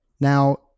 Now